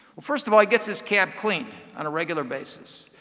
first of all, he gets his cab cleaned on a regular basis.